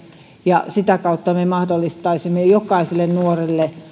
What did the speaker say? ja sitä kautta me mahdollistaisimme jokaiselle nuorelle